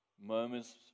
moments